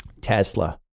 Tesla